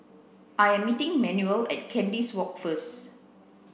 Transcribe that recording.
I am meeting Manuel at Kandis Walk first